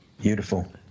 Beautiful